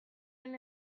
tren